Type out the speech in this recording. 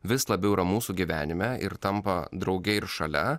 vis labiau yra mūsų gyvenime ir tampa drauge ir šalia